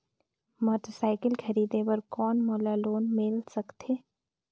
Motorcycle खरीदे बर कौन मोला लोन मिल सकथे?